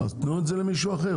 אז תנו את זה למישהו אחר,